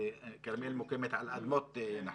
שכרמיאל הוקמה על אדמות נחף,